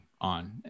on